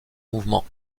mouvement